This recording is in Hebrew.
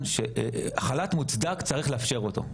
תומכים בכך שכשהחל"ת מוצדק צריך לאפשר אותו,